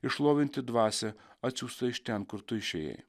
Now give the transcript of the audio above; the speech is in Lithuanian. ir šlovinti dvasią atsiųstą iš ten kur tu išėjai